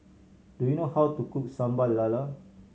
do you know how to cook Sambal Lala